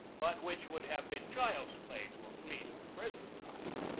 but which would have been child's play to a fleet of the present time.